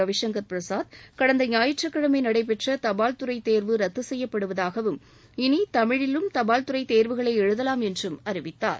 ரவிசங்கர் பிரசாத் கடந்த ஞாயிற்றுக்கிழமை நடைபெற்ற தபால் துறை தேர்வு ரத்து செய்யப்படுவதாகவும் இனி தமிழிலும் தபால்துறை தேர்வுகளை எழுதலாம் என்றும் அறிவித்தார்